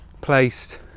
placed